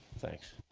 thanks.